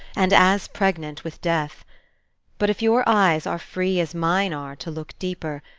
and as pregnant with death but if your eyes are free as mine are to look deeper,